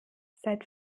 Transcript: seit